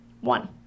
One